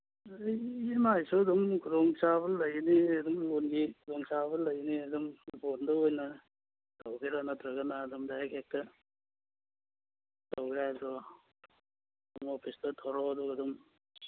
E M ꯑꯥꯏꯁꯨ ꯑꯗꯨꯝ ꯈꯨꯗꯣꯡꯆꯥꯕ ꯂꯩꯒꯅꯤ ꯑꯗꯨꯝ ꯂꯣꯟꯒꯤ ꯂꯣꯟꯆꯥꯕ ꯂꯩꯅꯤ ꯑꯗꯨꯝ ꯂꯣꯟꯗ ꯑꯣꯏꯅ ꯇꯧꯒꯦꯔ ꯅꯠꯇ꯭ꯔꯒꯅ ꯑꯗꯨꯝ ꯗꯥꯏꯔꯦꯛ ꯍꯦꯛꯇ ꯇꯧꯒꯦ ꯍꯥꯏꯔꯁꯨ ꯑꯗꯨꯝ ꯑꯣꯐꯤꯁꯇ ꯊꯣꯛꯂꯛꯑꯣ ꯑꯗꯨꯒ ꯑꯗꯨꯝ